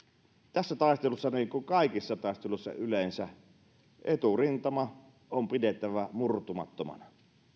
tässä taistelussa niin kuin kaikissa taisteluissa yleensä eturintama on pidettävä murtumattomana